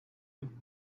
you